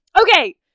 Okay